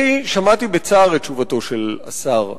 שמעתי בצער את תשובתו של השר.